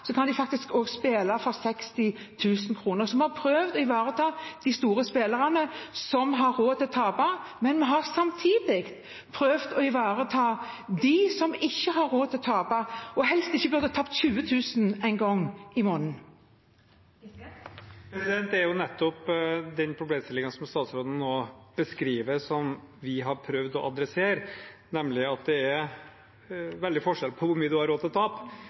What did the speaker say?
spille for 60 000 kr. Vi har prøvd å ivareta de store spillerne som har råd til å tape, men vi har samtidig prøvd å ivareta dem som ikke har råd til å tape – og som helst ikke burde tapt 20 000 kr engang i måneden. Det er nettopp den problemstillingen statsråden nå beskriver, vi har prøvd å adressere, nemlig at det er veldig forskjell på hvor mye man har råd til å tape.